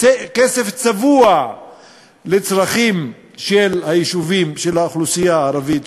כסף צבוע לצרכים של היישובים של האוכלוסייה הערבית,